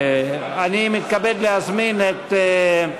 אני מתכבד להזמין את,